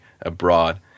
abroad